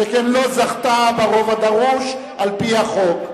שכן לא זכתה ברוב הדרוש על-פי החוק.